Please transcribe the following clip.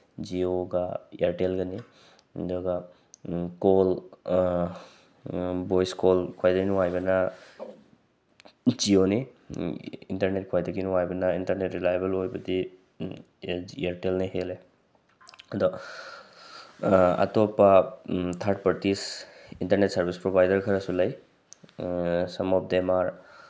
ꯖꯤꯌꯣꯒ ꯏꯌꯔꯇꯦꯜꯒꯅꯤ ꯑꯗꯨꯒ call voice call ꯈ꯭ꯋꯥꯏꯗꯒꯤ ꯅꯨꯡꯉꯥꯏꯕꯅ ꯖꯤꯌꯣꯅꯤ ꯏꯟꯇꯔꯅꯦꯠ ꯈ꯭ꯋꯥꯏꯗꯒꯤ ꯅꯨꯡꯉꯥꯏꯕꯅ ꯏꯟꯇꯔꯅꯦꯠ ꯔꯤꯂꯥꯏꯕꯜ ꯑꯣꯏꯕꯗꯤ ꯏꯌꯥꯔꯇꯦꯜꯅ ꯍꯦꯜꯂꯦ ꯑꯗꯣ ꯑꯇꯣꯞꯄ third parties internet service provider ꯈꯔꯁꯨ ꯂꯩ ꯁꯝ ꯑꯣꯐ ꯗꯦꯝ ꯑꯥꯔ